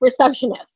receptionists